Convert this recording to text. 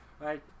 right